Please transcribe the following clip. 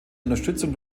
unterstützung